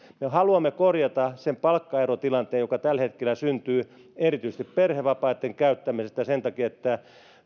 me haluamme korjata sen palkkaerotilanteen joka tällä hetkellä syntyy erityisesti perhevapaitten käyttämisestä sen takia että